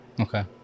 Okay